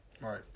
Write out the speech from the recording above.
Right